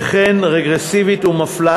וכן היא רגרסיבית ומפלה,